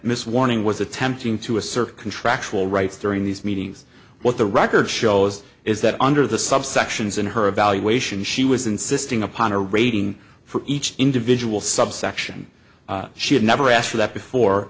miss warning was attempting to assert contractual rights during these meetings what the record shows is that under the subsections in her evaluation she was insisting upon a rating for each individual subsection she had never asked for that before